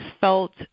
felt